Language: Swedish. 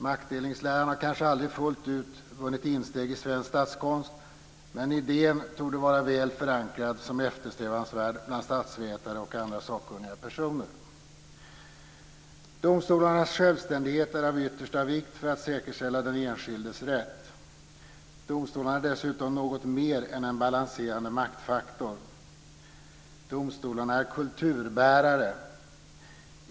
Maktdelningsläran har kanske aldrig fullt ut vunnit insteg i svensk statskonst, men idén torde vara väl förankrad som eftersträvansvärd bland statsvetare och andra sakkunniga personer. Domstolarnas självständighet är av yttersta vikt för att säkerställa den enskildes rätt. Domstolarna är dessutom något mer än en balanserande maktfaktor. Domstolarna är kulturbärare.